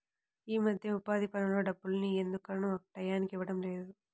యీ మద్దెన ఉపాధి పనుల డబ్బుల్ని ఎందుకనో టైయ్యానికి ఇవ్వడం లేదు